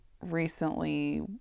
recently